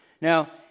Now